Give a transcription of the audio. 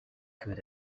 could